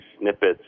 snippets